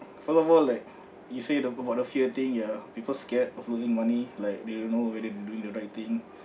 furthermore like you say the about the fear thing ya people scared of losing money like they don't know whether they're doing the right thing